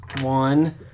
One